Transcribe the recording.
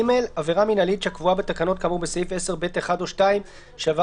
(ג)עבירה מינהלית הקבועה בתקנות כאמור בסעיף 10(ב)(1) או (2) שעבר